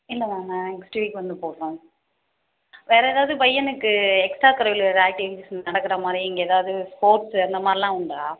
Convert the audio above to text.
இல்லை மேம் நான் next week வந்து போடுகிறோம் வேற ஏதாவது பையனுக்கு எக்ஸ்ட்டா கரிக்குலர் ஆக்டிங்விஸ் நடக்கிற மாதிரி இங்கே எதாவது ஸ்போர்ட்ஸு அந்த மாரிலாம் உண்டா